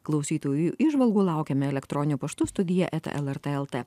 klausytojų įžvalgų laukiame elektroniniu paštu studija eta lrt lt